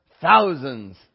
Thousands